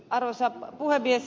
arvoisa puhemies